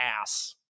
ass